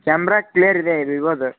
camera clear ಇದೆ ವಿವೊದು